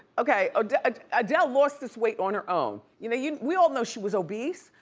okay, adele adele lost this weight on her own. you know you know we all know she was obese.